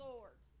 Lord